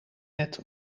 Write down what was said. net